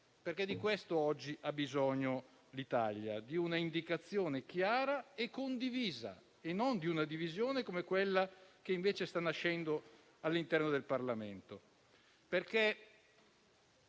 Di questo oggi ha bisogno l'Italia: di un'indicazione chiara e condivisa, non di una divisione come quella che invece sta nascendo all'interno del Parlamento.